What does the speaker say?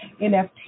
nft